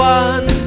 one